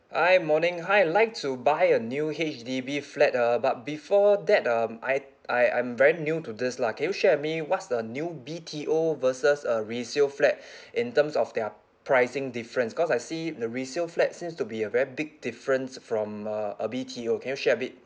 hi morning hi I'd like to buy a new H_D_B flat uh but before that um I I I'm very new to this lah can you share with me what's the new B_T_O versus uh resale flat in terms of their pricing difference because I see the resale flat seems to be a very big difference from uh a B_T_O can you share a bit